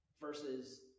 Versus